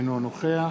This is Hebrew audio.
אינו נוכח